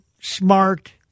smart